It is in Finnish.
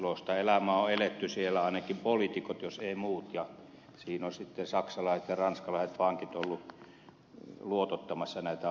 iloista elämää on eletty siellä ainakin poliitikot jos eivät muut ja siinä ovat sitten saksalaiset ja ranskalaiset pankit olleet luotottamassa näitä asioita